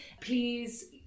Please